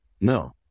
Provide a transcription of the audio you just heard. No